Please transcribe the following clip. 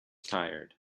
tired